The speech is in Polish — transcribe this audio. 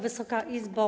Wysoka Izbo!